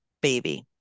baby